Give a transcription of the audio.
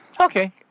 Okay